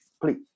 Please